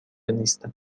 نیستم